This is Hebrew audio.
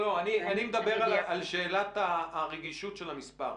אני מדבר על שאלת הרגישות של המספר.